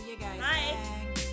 Bye